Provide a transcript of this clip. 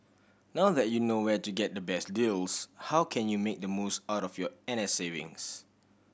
now that you know where to get the best deals how can you make the most out of your N S savings